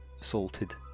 assaulted